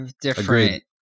different